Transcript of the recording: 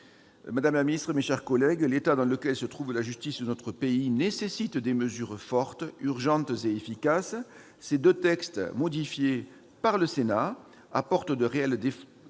Madame la ministre, mes chers collègues, l'état dans lequel se trouve la justice de notre pays nécessite des mesures fortes, urgentes et efficaces. Ces deux textes modifiés par le Sénat apportent de réelles réponses